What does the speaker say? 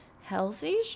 healthy